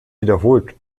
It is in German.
wiederholt